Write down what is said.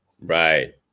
Right